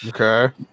Okay